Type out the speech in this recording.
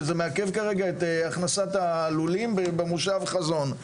וזה מעכב את הכנסת הלולים במושב חזון.